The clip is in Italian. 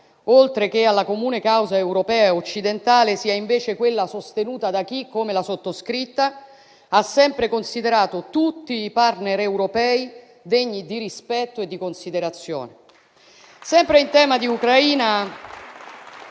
oltre che alla comune causa europea e occidentale, sia invece quella sostenuta da chi, come la sottoscritta, ha sempre considerato tutti i *partner* europei degni di rispetto e di considerazione. Sempre in tema di Ucraina,